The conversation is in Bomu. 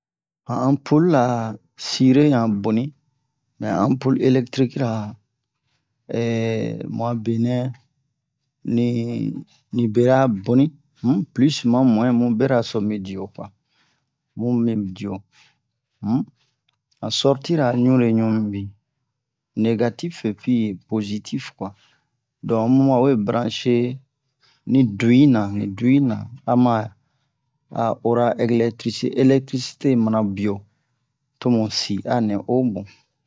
han ampul la sire yan boni mɛ han ampul electrikira mu a benɛ ni bera boni um plus ma muyin mu bera mi dio kwa mu mi dio um han sortira ɲure ɲu mibin negatif epui pozitil kwa don omu ma we branche ni du'i na ni du'i na ama a ora eglɛtisi electisite hi mana bio tomu si a nɛ omu